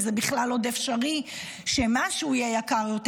אם זה בכלל עוד אפשרי שמשהו יהיה יקר יותר